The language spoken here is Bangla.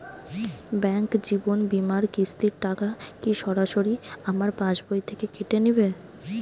ব্যাঙ্ক জীবন বিমার কিস্তির টাকা কি সরাসরি আমার পাশ বই থেকে কেটে নিবে?